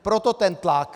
Proto ten tlak.